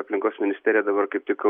aplinkos ministerija dabar kaip tik